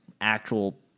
actual